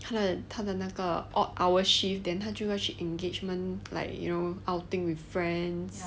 他的他的那个 odd hours shift then 他就要去 engagement like you know outing with friends